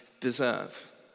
deserve